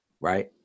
right